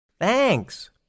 Thanks